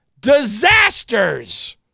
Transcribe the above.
disasters